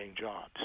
jobs